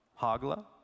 Hagla